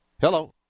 Hello